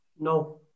No